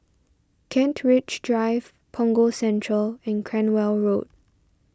Kent Ridge Drive Punggol Central and Cranwell Road